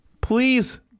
Please